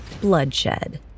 bloodshed